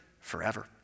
forever